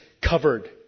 covered